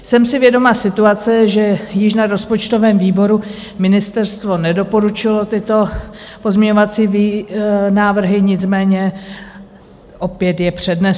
Jsem si vědoma situace, že již na rozpočtovém výboru ministerstvo nedoporučilo tyto pozměňovací návrhy, nicméně opět je přednesu.